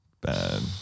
Bad